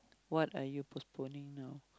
what are you postponing now